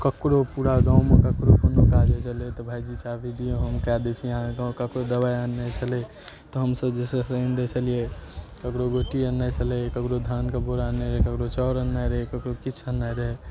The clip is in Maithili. ककरो पूरा गाममे ककरो कोनो काज होइ छलै तऽ भाइजी चाभी दिऔ हम कऽ दै छी अहाँके काम ककरो दवाइ आननाइ छलै तऽ हमसभ जे छै से आनि दै छलिए ककरो गोट्टी आननाइ छलै ककरो धानके बोरा आननाइ रहै ककरो चाउर आननाइ रहै ककरो किछु आननाइ रहै